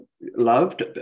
loved